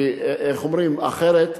אחרת,